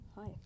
Hi